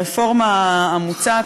הרפורמה המוצעת,